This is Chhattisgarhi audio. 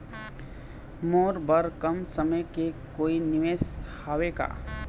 मोर बर कम समय के कोई निवेश हावे का?